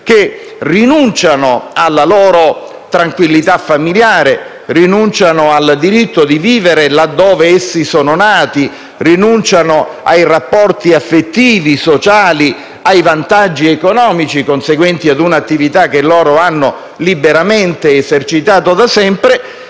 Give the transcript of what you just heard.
che rinunciano alla loro tranquillità familiare, al diritto di vivere laddove sono nati, ai rapporti affettivi, sociali, ai vantaggi economici conseguenti a un'attività che loro hanno liberamente esercitato da sempre.